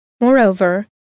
Moreover